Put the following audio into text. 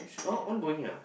all ongoing ah